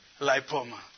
lipoma